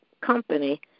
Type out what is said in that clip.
company